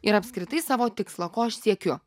ir apskritai savo tikslą ko aš siekiu